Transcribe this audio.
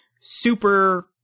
super